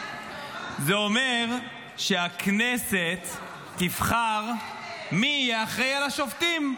זה אומר שהכנסת תבחר מי יהיה אחראי על השופטים.